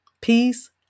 peace